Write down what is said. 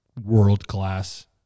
world-class